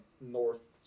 north